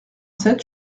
sept